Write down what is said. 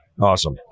awesome